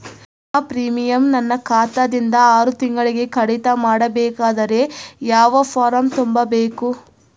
ವಿಮಾ ಪ್ರೀಮಿಯಂ ನನ್ನ ಖಾತಾ ದಿಂದ ಆರು ತಿಂಗಳಗೆ ಕಡಿತ ಮಾಡಬೇಕಾದರೆ ಯಾವ ಫಾರಂ ತುಂಬಬೇಕು?